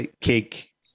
cake